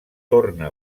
torna